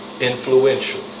influential